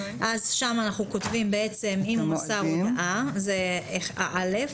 שם אנחנו כותבים בעצם, אם הוא מסר הודעה, זה א'.